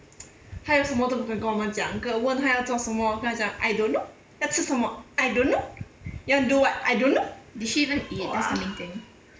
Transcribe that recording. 她有什么都不跟我们讲问她要做什么跟她讲 I don't know 要吃什么 I don't know you want do what I don't know !wah!